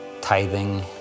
tithing